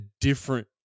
different –